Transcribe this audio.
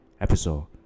episode